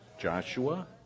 Joshua